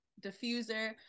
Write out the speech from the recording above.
diffuser